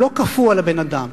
לא כפו על הבן-אדם.